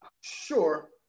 Sure